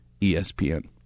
ESPN